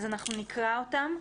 אז אנחנו נקרא אותן,